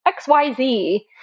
xyz